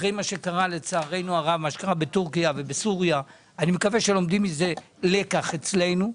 אחרי מה שקרה בטורקיה ובסוריה, ילמדו לקח אצלנו.